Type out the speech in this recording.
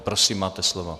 Prosím, máte slovo.